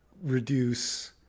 Reduce